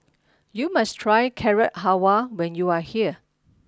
you must try Carrot Halwa when you are here